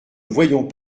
voyons